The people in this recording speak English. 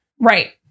Right